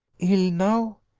ill now?